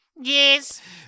yes